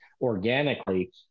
organically